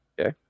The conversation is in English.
Okay